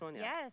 yes